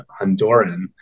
Honduran